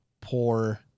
poor